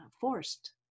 forced